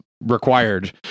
required